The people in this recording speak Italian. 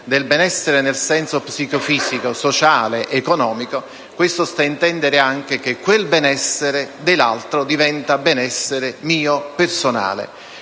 del benessere nel senso psicofisico, sociale ed economico. Questo sta a intendere anche che il benessere dell'altro diventa benessere mio personale.